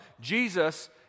Jesus